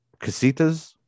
casitas